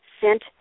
sent